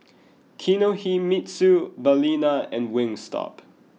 Kinohimitsu Balina and Wingstop